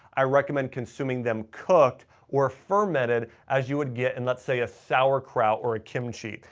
i recommend consuming them cooked or fermented as you would get in let's say a sauerkraut or a kimchi.